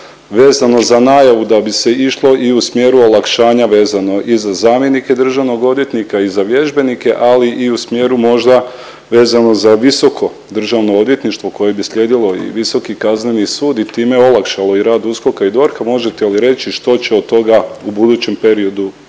vezano za najavu da bi se išlo i u smjeru olakšanja vezano i za zamjenike državnog odvjetnika i za vježbenike, ali i u smjeru možda vezano za visoko državno odvjetništvo koje bi slijedilo i Visoki kazneni sud i time olakšalo i rad USKOK-a i DORH-a možete li reći što će od toga u budućem periodu